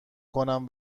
کنم